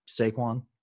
Saquon